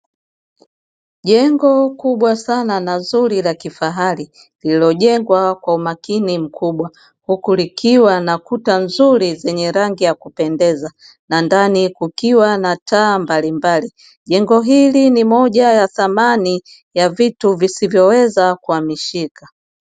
Jengo kubwa sana na zuri la kifahari lililojengwa kwa umakini mkubwa, huku likiwa na kuta nzuri zenye rangi ya kupendeza na ndani kukiwa na taa mbalimbali. Jengo hili ni moja ya thamani ya vitu visivyoweza kuhamishika.